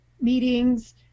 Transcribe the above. meetings